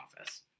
office